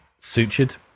Sutured